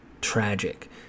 tragic